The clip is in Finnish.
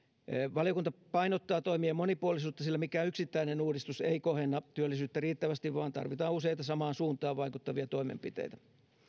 valiokunta painottaa toimien monipuolisuutta sillä mikään yksittäinen uudistus ei kohenna työllisyyttä riittävästi vaan tarvitaan useita samaan suuntaan vaikuttavia toimenpiteitä